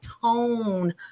tone